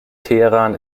teheran